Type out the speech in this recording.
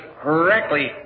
correctly